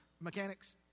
mechanics